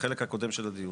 בחלק הקודם של הדיון,